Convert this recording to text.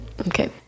okay